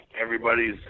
everybody's